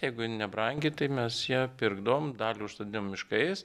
jeigu ji nebrangi tai mes ją pirkdavom dalį užsodinom miškais